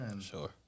Sure